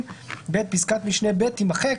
פסקת משנה (ב) תימחק.